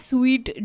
Sweet